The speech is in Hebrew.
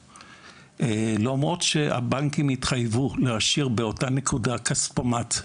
למרות שהבנקים התחייבו להשאיר באותה נקודה כספומט.